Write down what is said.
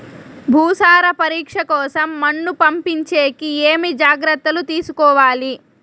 భూసార పరీక్ష కోసం మన్ను పంపించేకి ఏమి జాగ్రత్తలు తీసుకోవాలి?